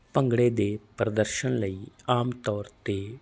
ਭੰਗੜੇ ਦੇ ਪ੍ਰਦਰਸ਼ਨ ਲਈ ਆਮ ਤੌਰ 'ਤੇ